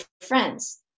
friends